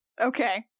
Okay